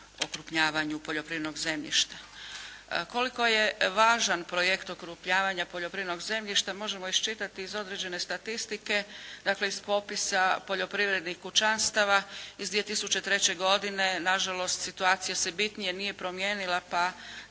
okrupnjavanju poljoprivrednog zemljišta. Koliko je važan projekt okrupnjavanja poljoprivrednog zemljišta možemo iščitati iz određene statistike. Dakle, iz popisa poljoprivrednih pučanstava iza 2003. godine. Na žalost, situacija se bitnije nije promijenila, pa